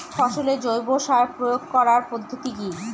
ফসলে জৈব সার প্রয়োগ করার পদ্ধতি কি?